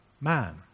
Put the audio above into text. man